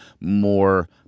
more